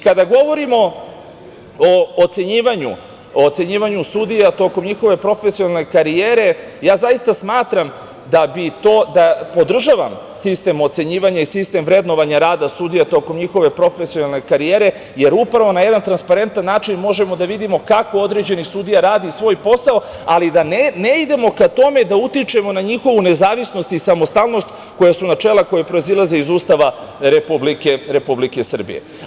Kada govorimo o ocenjivanju sudija tokom njihove profesionalne karijere, podržavam sistem ocenjivanja i sistem vrednovanja rada sudija tokom njihove profesionalne karijere, jer upravo na jedan transparentan način možemo da vidimo kako određeni sudija radi svoj posao, ali da ne idemo ka tome da utičemo na njihovu nezavisnost i samostalnost koja su načela koja proizilaze iz Ustava Republike Srbije.